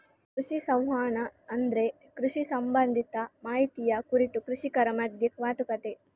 ಕೃಷಿ ಸಂವಹನ ಅಂದ್ರೆ ಕೃಷಿ ಸಂಬಂಧಿತ ಮಾಹಿತಿಯ ಕುರಿತು ಕೃಷಿಕರ ಮಧ್ಯ ಮಾತುಕತೆ